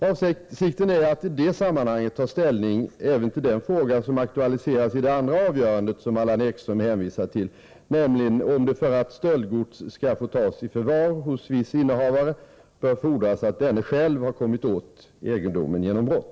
Avsikten är att i det sammanhanget ta ställning även till den fråga som aktualiseras i det andra avgörandet som Allan Ekström hänvisar till, nämligen om det för att stöldgods skall få tas i förvar hos viss innehavare bör fordras att denne själv har kommit åt egendomen genom brott.